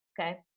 Okay